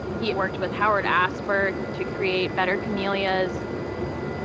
he and worked with howard asper to create better camellias.